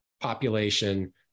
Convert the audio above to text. population